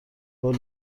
بار